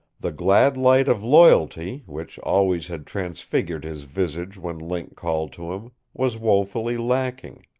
the glad light of loyalty, which always had transfigured his visage when link called to him, was woefully lacking.